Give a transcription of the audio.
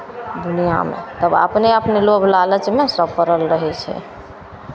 दुनिआँमे तब अपने अपने लोक लालचमे सभ पड़ल रहै छै